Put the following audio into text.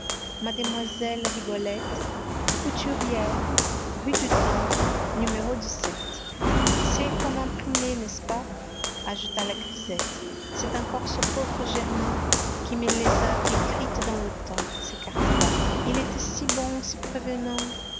mademoiselle rigolette couturière rue du temple n c'est comme imprimé n'est-ce pas ajouta la grisette c'est encore ce pauvre germain qui me les a écrites dans le temps ces cartes là il était si bon si prévenant